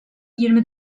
yirmi